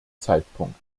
zeitpunkt